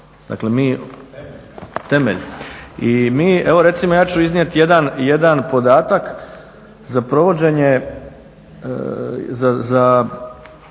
Dakle, mi, temelj i mi, recimo, evo ja ću iznijeti jedan podatak za provođenje,